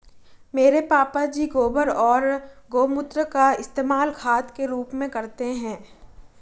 मेरे पापा जी गोबर और गोमूत्र का इस्तेमाल खाद के रूप में करते हैं